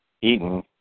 Eaton